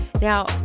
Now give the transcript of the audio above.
now